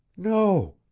no,